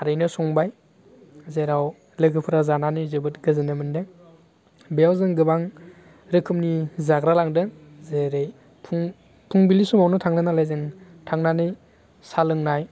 थारैनो संबाय जेराव लोगोफ्रा जानानै जोबोद गोजोन्नाय मोनदों बेयाव जों गोबां रोखोमनि जाग्रा लादों जेरै फुंबिलि समावनो थांनाय नालाय जों थांनानै साह लोंनाय